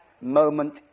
moment